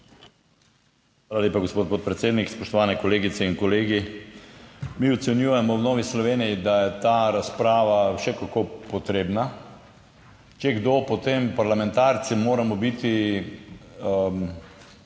Hvala lepa, gospod podpredsednik. Spoštovani kolegice in kolegi! Mi ocenjujemo v Novi Sloveniji, da je ta razprava še kako potrebna, če kdo, potem parlamentarci moramo biti,